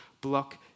block